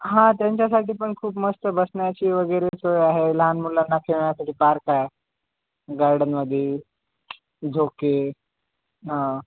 हा त्यांच्यासाठीपण खूप मस्त बसण्याची वगैरे सोय आहे लहान मुलांना खेलण्यासाठी पार्क आहे गार्डनमध्ये झोके हा